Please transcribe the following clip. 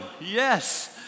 Yes